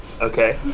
Okay